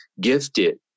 gifted